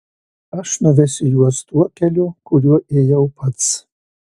aš nuvesiu jus tuo keliu kuriuo ėjau pats